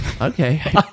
okay